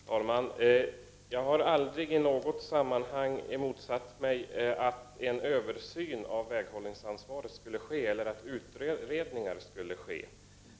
Herr talman! Jag har aldrig i något sammanhang motsatt mig att en översyn eller utredning av väghållningsansvaret skulle ske.